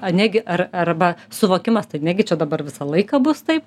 a negi ar arba suvokimas tai negi čia dabar visą laiką bus taip